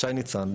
שי ניצן,